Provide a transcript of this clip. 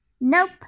Nope